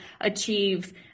achieve